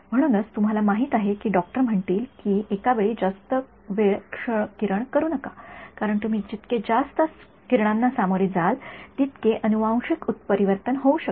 म्हणूनच तुम्हाला माहित आहे की डॉक्टर म्हणतील की एका वेळी जास्त वेळ क्ष किरण करू नका कारण तुम्ही जितके जास्त किरणांना सामोरे जाल तितके अनुवांशिक उत्परिवर्तन होऊ शकते